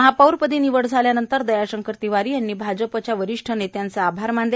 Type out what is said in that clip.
महापौरपदी निवड झाल्यानंतर दयाशंकर तिवारी यांनी भाजपच्या वरिष्ठ नेत्यांचे आभार मानले